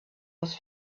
was